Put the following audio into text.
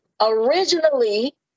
originally